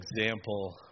example